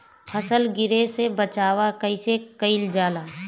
फसल गिरे से बचावा कैईसे कईल जाई?